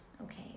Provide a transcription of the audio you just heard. Okay